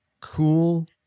cool